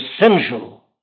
essential